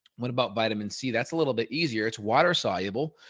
what about vitamin c that's a little bit easier. it's water soluble,